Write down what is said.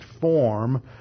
form